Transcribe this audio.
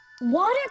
Water